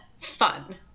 fun